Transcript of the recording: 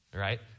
right